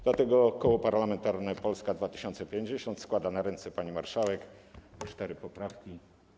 Dlatego Koło Parlamentarne Polska 2050 składa na ręce pani marszałek cztery poprawki.